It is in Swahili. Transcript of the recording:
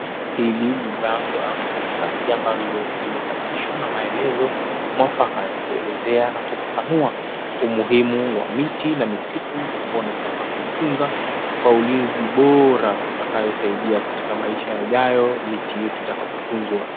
Hili ni bango ama karatasi ambalo limechapishwa na maelezo mwafaka ya kuelezea na kufafanua umuhimu wa miti na misitu ambayo ndio tunafaa kuitunza kwa ulinzi bora utakayosaidia katika maisha yajayo miti hiyo itakapotunzwa.